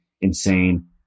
insane